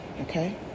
okay